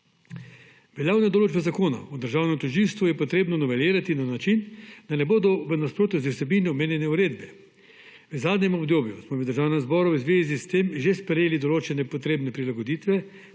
Veljavne določbe Zakona o državnem tožilstvu je potrebno novelirati na način, da ne bodo v nasprotju z vsebino omenjene uredbe. V zadnjem obdobju smo v Državnem zboru v zvezi s tem že sprejeli določene potrebne prilagoditve